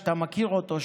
שאתה מכיר אותו,